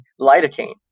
lidocaine